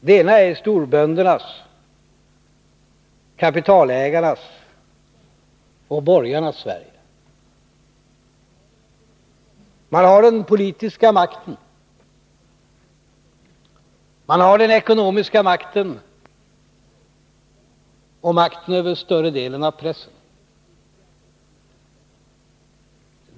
Det ena är storböndernas, kapitalägarnas och borgarnas Sverige. Man har den politiska makten, den ekonomiska makten och makten över större delen av pressen.